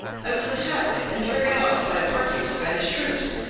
i was attacked and carried off by a party of spanish troops,